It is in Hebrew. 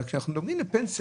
אבל כשאנחנו מדברים על פנסיה,